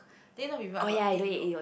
then you know bibimbap got egg yolk